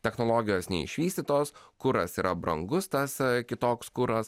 technologijos neišvystytos kuras yra brangus tas kitoks kuras